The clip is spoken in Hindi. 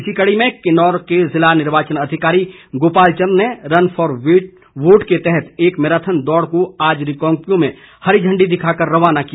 इसी कड़ी में किन्नौर के जिला निर्वाचन अधिकारी गोपाल चंद ने रन फोर वोट के तहत एक मैराथन दौड़ को आज रिकांगपिओ में हरी झंडी दिखाकर रवान किया